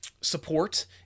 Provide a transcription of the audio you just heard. support